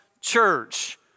church